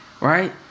right